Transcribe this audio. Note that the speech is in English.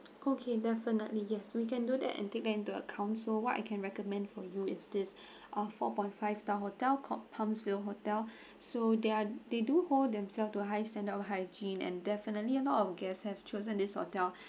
okay definitely yes we can do that and take them into account so what I can recommend for you is this a four point five star hotel called palmsville hotel so they're they do hold themselves to high standard of hygiene and definitely a lot of guests have chosen this hotel